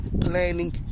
planning